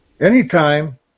anytime